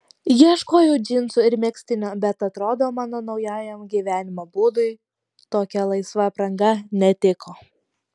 ieškojau džinsų ir megztinio bet atrodo mano naujajam gyvenimo būdui tokia laisva apranga netiko